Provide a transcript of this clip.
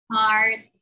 Heart